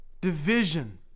division